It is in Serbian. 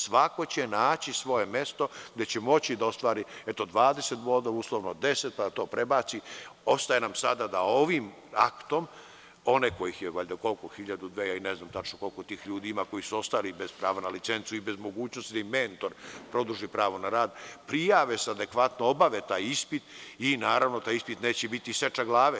Svako će naći svoje mesto gde će moći da ostvari 20 boda uslovno, 10 pa to prebaci, ostaje nam sada da ovim aktom, one kojih je valjda 1000, 2000 ne znam tačno koliko tih ljudi ima koji su ostali bez prava na licencu i bez mogućnosti da im mentor produži pravo na rad, prijave se adekvatno, obave taj ispit i naravno taj ispit neće biti seča glave.